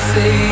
Say